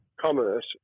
commerce